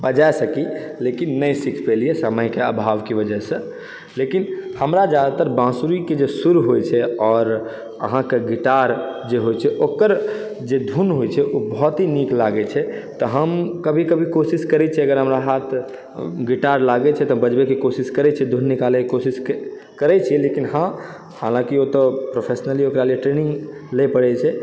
बजा सकी लेकिन नहि सिख पयलियै समयके अभावके वजहसँ लेकिन हमरा जादातर बाँसुरीके जे सुर होयत छै आओर अहाँकऽ जे गिटार जे होयत छै ओकर जे धुन होयत छै ओ बहुत ही नीक लागैत छै तऽ हम कभी कभी कोशिश करैत छी अगर हमरा हाथ गिटार लागय छै तऽ बजबयके कोशिश करैत छी धुन निकालयके कोशिश करैत छी लेकिन हँ हालाँकि ओ तऽ प्रोफेसनली ओकरा लिए ट्रेनिंग लिअ पड़ैत छै